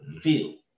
feel